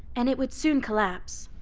and it would soon collapse.